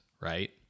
right